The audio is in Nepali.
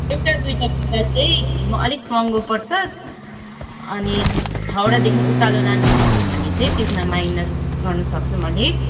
एउटा दुईवटा किन्दा चाहिँ म अलिक महँगो पर्छ अनि छवटादेखि उकालो लानुभयो भने चाहिँ त्यसमा माइनस गर्नसक्छु म अलिक